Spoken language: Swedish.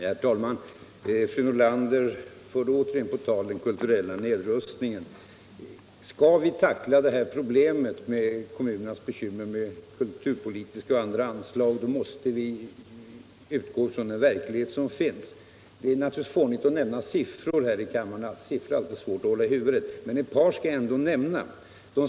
Herr talman! Fru Nordlander förde återigen den kulturella nedrustningen på tal. För att kunna tackla kommunernas problem med kulturpolitiska och andra anslag måste vi utgå från verkligheten. Det är naturligtvis olämpligt att läsa upp siffror här i kammaren — det är alltid svårt att hålla siffror i huvudet —- men jag skall ändå nämna ett par.